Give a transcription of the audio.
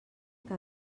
que